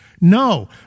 No